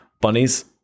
Bunnies